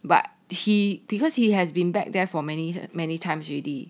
but he because he has been back there for many many times already